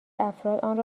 افراد